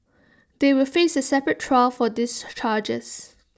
they will face A separate trial for these charges